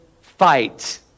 fight